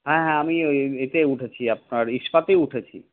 হ্যাঁ হ্যাঁ আমি ওই এতে উঠেছি আপনার ইস্পাতে উঠেছি